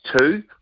two